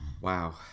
Wow